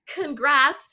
congrats